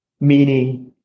meaning